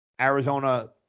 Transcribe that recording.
Arizona